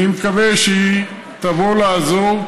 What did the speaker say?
אני מקווה שהיא תבוא לעזור,